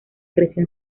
creció